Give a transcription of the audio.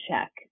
check